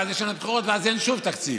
ואז יש לנו בחירות ואז אין שום תקציב.